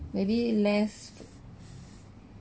maybe less